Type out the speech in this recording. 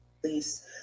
Please